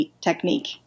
technique